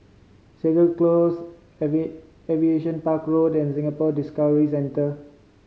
Segar Close Aviation Park Road and Singapore Discovery Centre